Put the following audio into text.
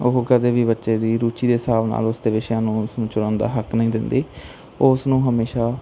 ਉਹ ਕਦੇ ਵੀ ਬੱਚੇ ਦੀ ਰੁਚੀ ਦੇ ਹਿਸਾਬ ਨਾਲ ਉਸਦੇ ਵਿਸ਼ਿਆਂ ਨੂੰ ਉਸ ਨੂੰ ਚੁਣਨ ਦਾ ਉਸਨੂੰ ਹੱਕ ਨਹੀਂ ਦਿੰਦੀ ਉਹ ਉਸ ਨੂੰ ਹਮੇਸ਼ਾ